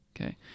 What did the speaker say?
Okay